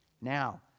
Now